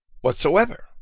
whatsoever